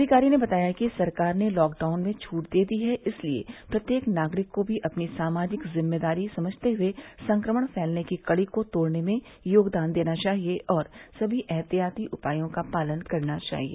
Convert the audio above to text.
अधिकारी ने बताया कि सरकार ने लॉकडाउन में छूट दे दी है इसलिए प्रत्येक नागरिक को भी अपनी सामाजिक जिम्मेदारी समझते हुए संक्रमण फैलने की कड़ी को तोड़ने में योगदान देना चाहिए और सभी एहतियाती उपायों का पालन करना चाहिए